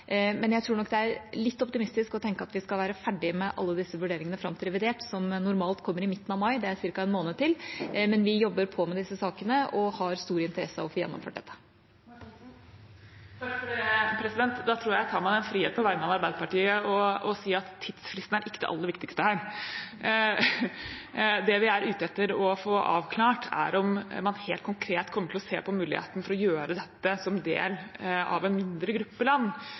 Men jeg tror nok det er litt optimistisk å tenke at vi skal være ferdig med alle disse vurderingene fram til revidert, som normalt kommer i midten av mai – det er ca. en måned til. Men vi jobber på med disse sakene og har stor interesse av å få gjennomført dette. Da tror jeg at jeg tar meg den frihet på vegne av Arbeiderpartiet å si at tidsfristen er ikke det aller viktigste her. Det vi er ute etter å få avklart, er om man helt konkret kommer til å se på muligheten for å gjøre dette som del av en mindre gruppe land,